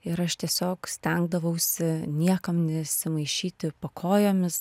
ir aš tiesiog stengdavausi niekam nesimaišyti po kojomis